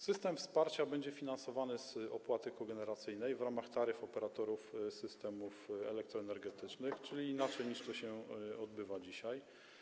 System wsparcia będzie finansowany z opłaty kogeneracyjnej w ramach taryf operatorów systemów elektroenergetycznych, czyli inaczej niż to się odbywa dzisiaj.